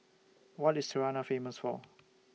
What IS Tirana Famous For